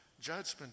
judgment